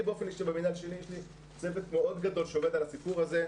באופן אישי במינהל שלי יש לי צוות מאוד גדול שעובד על הסיפור הזה.